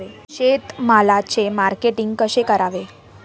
शेतमालाचे मार्केटिंग कसे करावे?